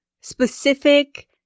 specific